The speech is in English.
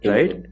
Right